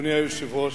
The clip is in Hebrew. אדוני היושב-ראש,